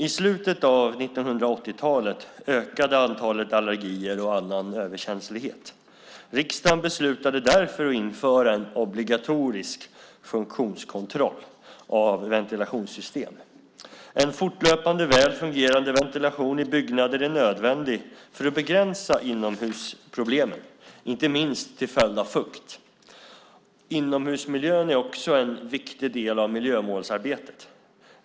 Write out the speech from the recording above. I slutet av 1980-talet ökade antalet allergier och annan överkänslighet. Riksdagen beslutade därför att införa en obligatorisk funktionskontroll av ventilationssystem . En fortlöpande välfungerande ventilation i byggnader är nödvändig för att begränsa inomhusproblemen, inte minst till följd av fukt. Inomhusmiljön är också en viktig del av miljömålsarbetet.